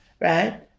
Right